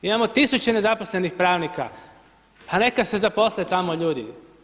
Imamo tisuće nezaposlenih pravnika pa neka se zaposle tamo ljudi.